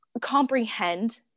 comprehend